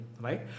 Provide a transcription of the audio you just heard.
right